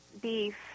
beef